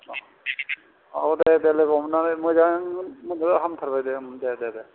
औ दे दे लोगो हमनानै मोजां मोन मोनहोबाय हामथारबाय दे दे दे दे